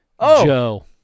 Joe